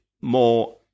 more